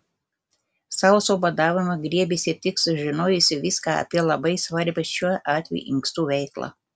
sauso badavimo griebėsi tik sužinojusi viską apie labai svarbią šiuo atveju inkstų veiklą